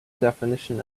definition